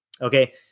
Okay